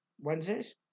Wednesdays